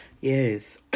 Yes